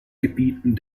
gebieten